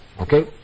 Okay